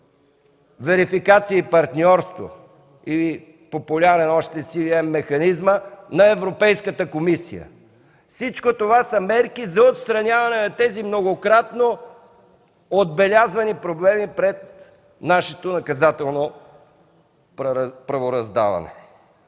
верификация и партньорство, популярен още SVN механизма” на Европейската комисия. Всичко това са мерки за отстраняване на тези многократно отбелязвани проблеми пред нашето наказателно правораздаване.